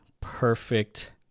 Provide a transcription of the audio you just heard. perfect